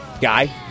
guy